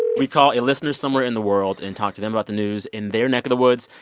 we call a listener somewhere in the world and talk to them about the news in their neck of the woods.